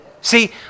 See